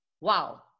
Wow